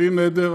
בלי נדר,